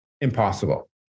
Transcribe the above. impossible